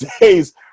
days